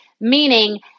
Meaning